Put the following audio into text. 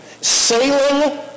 sailing